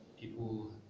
people